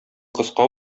кыска